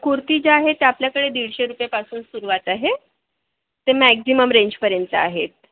कुर्ती ज्या आहेत त्या आपल्याकडे दीडशे रुपयापासून सुरुवात आहे ते मॅक्झिमम रेंजपर्यंत आहेत